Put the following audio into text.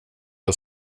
det